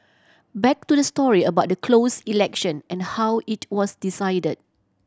back to the story about the closed election and how it was decided